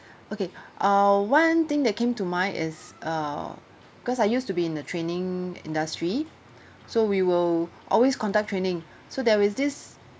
okay uh one thing that came to mind is err cause I used to be in the training industry so we will always conduct training so there is this